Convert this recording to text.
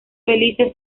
felices